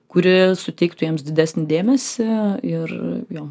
kuri suteiktų jiems didesnį dėmesį ir jo